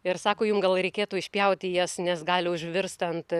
ir sako jum gal reikėtų išpjauti jas nes gali užvirst ant